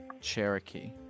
Cherokee